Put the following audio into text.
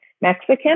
Mexican